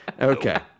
Okay